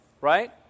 Right